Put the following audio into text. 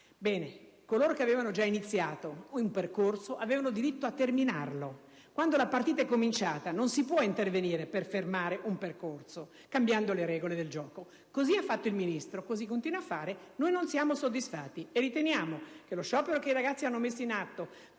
Coloro che avevano già iniziato un percorso avevano diritto a terminarlo: quando la partita è cominciata non si può intervenire per fermare un percorso cambiando le regole del gioco. Così ha fatto il Ministro e così continua a fare. Noi però non siamo soddisfatti e riteniamo che lo sciopero che i ragazzi hanno messo in atto